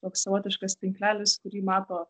toks savotiškas tinklelis kurį mato